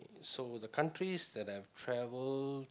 so the counties that I have travelled